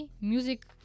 music